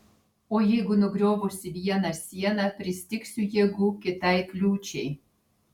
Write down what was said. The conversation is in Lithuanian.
o jeigu nugriovusi vieną sieną pristigsiu jėgų kitai kliūčiai